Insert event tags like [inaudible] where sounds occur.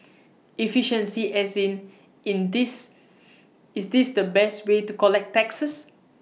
[noise] efficiency as in [noise] is this the best way to collect taxes